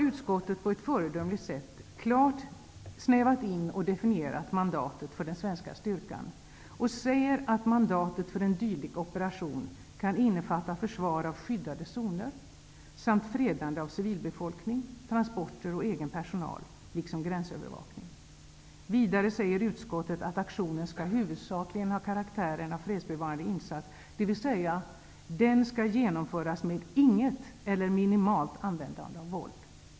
Utskottet har på ett föredömligt sätt klart snävat in och definierat mandatet för den svenska styrkan och säger att mandatet för en dylik operation kan innefatta försvar av skyddade zoner samt fredande av civilbefolkning, transporter och egen personal liksom gränsövervakning. Vidare säger utskottet att aktionen huvudsakligen skall ha karaktären av fredsbevarande, dvs. den skall genomföras med inget eller minimalt användande av våld.